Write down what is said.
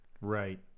Right